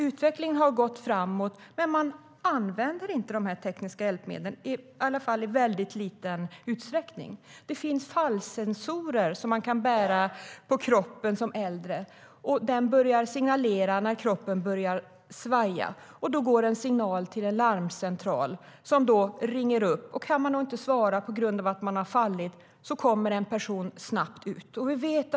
Utvecklingen har gått framåt, men man använder de tekniska hjälpmedlen i väldigt liten utsträckning. Det finns fallsensorer som man kan bära på kroppen som äldre. När kroppen börjar svaja går en signal till en larmcentral, som ringer upp. Kan man då inte svara på grund av att man fallit kommer en person snabbt ut.